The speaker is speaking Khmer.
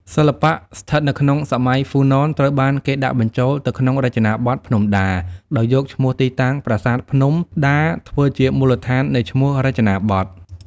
សិល្បៈស្ថិតនៅក្នុង សម័យហ៊្វូណនត្រូវបានគេដាក់បញ្ចូលទៅក្នុងចេនាបថភ្នំដាដោយយកឈ្មោះទីតាំង ប្រាសាទភ្នំដាធ្វើជាមូលដ្ឋាននៃឈ្មោះរចនាបថ។